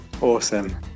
Awesome